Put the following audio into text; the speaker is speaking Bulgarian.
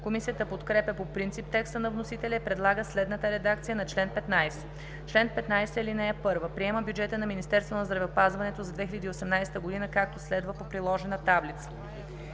Комисията подкрепя по принцип текста на вносителя и предлага следната редакция на чл. 15: „Чл. 15. (1) Приема бюджета на Министерството на здравеопазването за 2018 г., както следва: (Приложена таблица.)